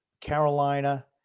Carolina